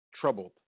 Troubled